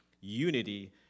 unity